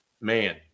Man